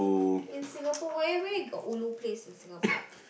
in Singapore where where got ulu place in Singapore